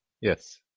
yes